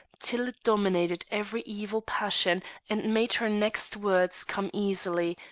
till it dominated every evil passion and made her next words come easily,